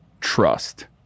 Trust